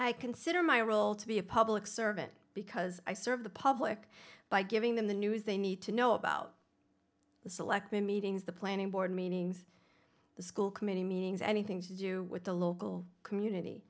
i consider my role to be a public servant because i serve the public by giving them the news they need to know about the selectmen meetings the planning board meetings the school committee meetings anything to do with the local community